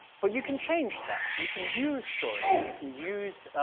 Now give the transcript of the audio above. but you can change that. you can use stories, you can use,